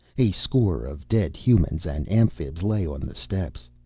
a score of dead humans and amphibs lay on the steps,